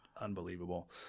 unbelievable